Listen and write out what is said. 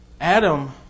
Adam